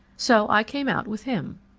so i came out with him.